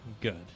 good